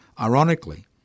Ironically